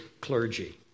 clergy